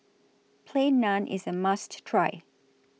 Plain Naan IS A must Try